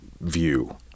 view